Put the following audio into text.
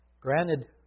Granted